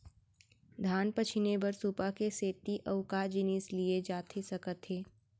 धान पछिने बर सुपा के सेती अऊ का जिनिस लिए जाथे सकत हे?